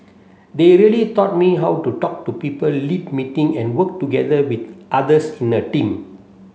they really taught me how to talk to people lead meeting and work together with others in a team